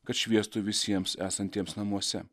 kad šviestų visiems esantiems namuose